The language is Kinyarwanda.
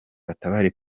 batabare